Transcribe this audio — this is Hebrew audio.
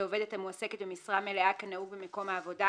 לעובדת המועסקת במשרה מלאה כנהוג במקום העבודה